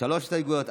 שלוש הסתייגויות.